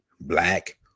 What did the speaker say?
black